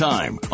time